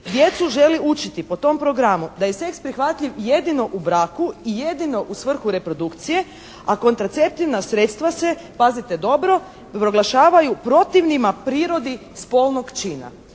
djecu želi učiti po tom programu da je seks prihvatljiv jedino u braku i jedino u svrhu reprodukcije, a kontraceptivna sredstva se pazite dobro, proglašavaju protivnima prirodi spolnog čina.